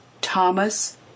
Thomas